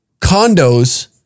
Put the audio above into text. condos